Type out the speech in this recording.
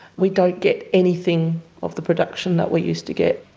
we don't get anything of the production that we used to get.